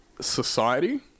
society